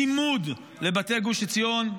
צימוד לבתי גוש עציון,